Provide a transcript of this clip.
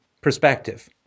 perspective